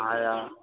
हजुर